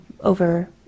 over